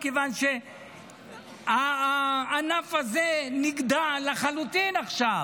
מכיוון שהענף הזה נגדע לחלוטין עכשיו,